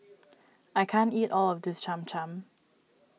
I can't eat all of this Cham Cham